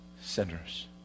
sinners